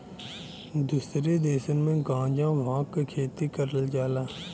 दुसरे देसन में गांजा भांग क खेती करल जाला